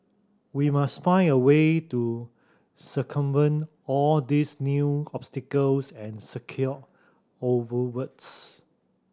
we must find a way to circumvent all these new obstacles and secure our votes